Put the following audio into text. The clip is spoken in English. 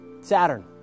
Saturn